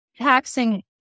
taxing